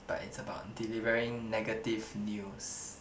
but is about delivering negative news